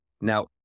Now